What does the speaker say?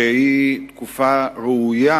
שהיא תקופה ראויה,